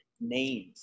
Names